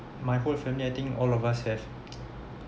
my whole family I think all of us have